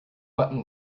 button